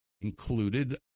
included